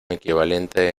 equivalente